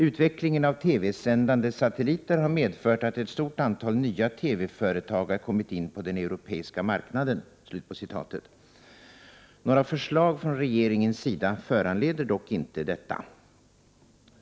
Utvecklingen av TV-sändande satelliter har medfört att ett stort antal nya TV-företag har kommit in på den europeiska marknaden.” Några förslag från regeringens sida föranleder dock inte detta.